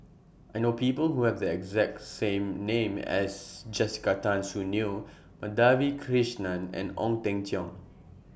I know People Who Have The exact name as Jessica Tan Soon Neo Madhavi Krishnan and Ong Teng Cheong